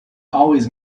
always